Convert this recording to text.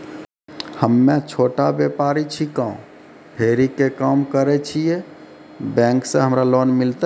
हम्मे छोटा व्यपारी छिकौं, फेरी के काम करे छियै, बैंक से हमरा लोन मिलतै?